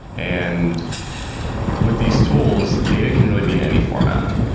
and with these tools, data can really be in any format.